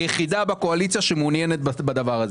היחידה בקואליציה שמעוניינת בדבר הזה.